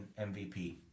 MVP